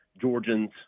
Georgians